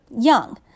young